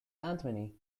antimony